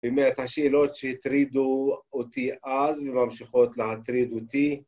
היא אומרת, השאלות שטרידו אותי אז וממשיכות לטריד אותי